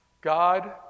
God